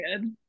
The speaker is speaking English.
good